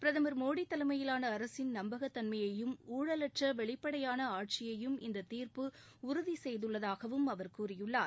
பிரதம் திரு மோடி தலைமையிலான அரசின் நம்பகத்தன்மையையும் ஊழலற்ற வெளிப்படையான ஆட்சியையும் இந்த தீர்ப்பு உறுதி செய்துள்ளதாகவும் அவர் கூறியுள்ளார்